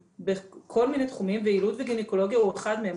בכל מיני תחומים ויילוד וגניקולוגיה הוא אחד מהם.